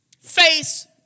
face